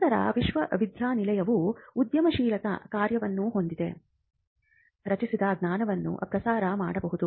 ನಂತರ ವಿಶ್ವವಿದ್ಯಾನಿಲಯವು ಉದ್ಯಮಶೀಲತಾ ಕಾರ್ಯವನ್ನು ಹೊಂದದೆ ರಚಿಸಿದ ಜ್ಞಾನವನ್ನು ಪ್ರಸಾರ ಮಾಡಬಹುದು